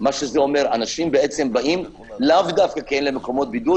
זה אומר שאנשים באים לאו דווקא למקומות בידוד